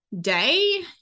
day